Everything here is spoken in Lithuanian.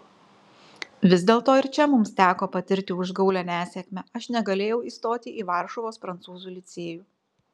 vis dėlto ir čia mums teko patirti užgaulią nesėkmę aš negalėjau įstoti į varšuvos prancūzų licėjų